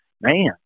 man